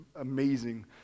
amazing